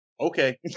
Okay